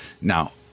Now